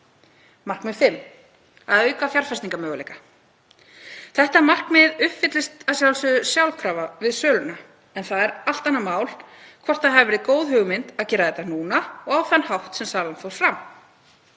5. Að auka fjárfestingarmöguleika. Þetta markmið uppfyllist að sjálfsögðu sjálfkrafa við söluna en það er allt annað mál hvort það hafi verið góð hugmynd að gera þetta núna og á þann hátt sem salan fór fram.